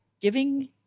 giving